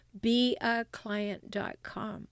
beaclient.com